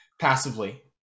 passively